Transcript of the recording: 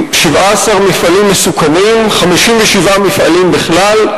17 מפעלים מסוכנים, 57 מפעלים בכלל,